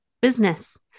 business